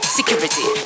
Security